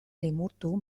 limurtu